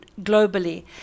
globally